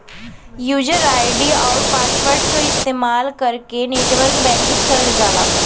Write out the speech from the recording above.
user ID आउर password क इस्तेमाल कइके नेटबैंकिंग शुरू करल जाला